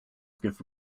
give